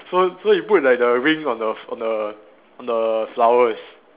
so so he put like the ring on the on the on the flower is